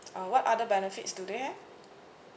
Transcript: uh what other benefits do they have